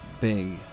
big